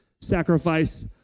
sacrifice